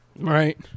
Right